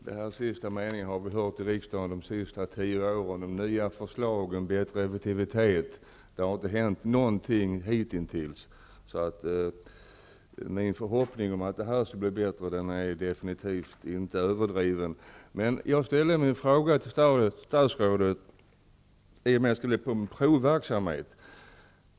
Herr talman! Den sista meningen om nya förslag och bättre effektivitet har vi hört i riksdagen under de senaste tio åren, men det har hitintills inte hänt någonting. Min förhoppning om att detta skulle bli bättre är därför definitivt inte överdrivet stor. Jag ställde en fråga till statsrådet om denna provverksamhet.